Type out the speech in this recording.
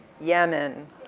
Yemen